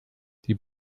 die